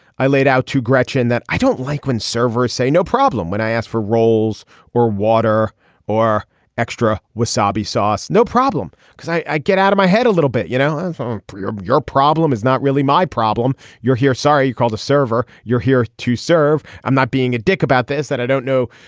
i laid out to gretchen that i don't like when servers say no problem when i ask for roles or water or extra wasabi sauce. no problem because i i get out of my head a little bit you know. and so um your your problem is not really my problem you're here sorry. you called the server. you're here to serve. i'm not being a dick about this and i don't know.